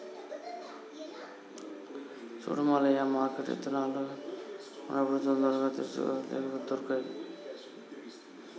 సూడు మల్లయ్య మార్కెట్ల ఇత్తనాలు ఉన్నప్పుడే తొందరగా తెచ్చుకో లేపోతే దొరకై